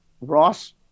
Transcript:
Ross